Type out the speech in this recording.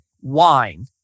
wine